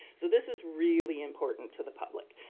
so this is really important to the public.